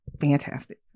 Fantastic